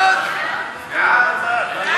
ההצעה להעביר